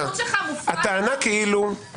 אתה ההוכחה לעבד כי ימלוך.